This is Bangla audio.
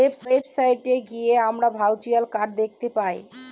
ওয়েবসাইট গিয়ে আমরা ভার্চুয়াল কার্ড দেখতে পাই